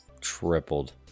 tripled